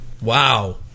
Wow